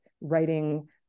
writing